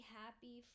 happy